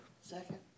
Second